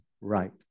right